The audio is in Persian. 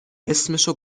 اسمشو